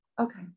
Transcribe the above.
Okay